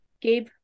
Gabe